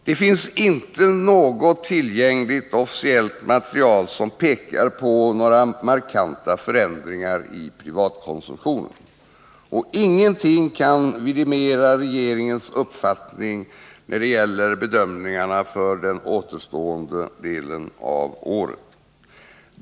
Det finns inte något tillgängligt officiellt material som pekar på några markanta förändringar i privatkonsumtionen, och ingenting kan vidimera regeringens uppfattning om utvecklingen under den återstående delen av året.